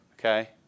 Okay